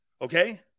Okay